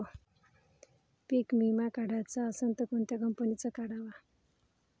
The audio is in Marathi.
पीक विमा काढाचा असन त कोनत्या कंपनीचा काढाव?